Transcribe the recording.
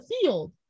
field